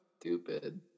Stupid